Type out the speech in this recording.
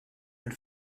and